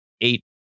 Eight